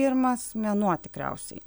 pirmas mėnuo tikriausiai